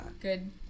good